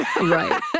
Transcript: Right